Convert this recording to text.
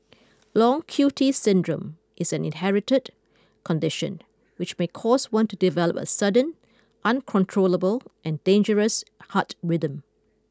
Long Q T syndrome is an inherited condition which may cause one to develop a sudden uncontrollable and dangerous heart rhythm